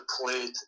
played